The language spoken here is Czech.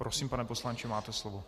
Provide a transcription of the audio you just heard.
Prosím, pane poslanče, máte slovo.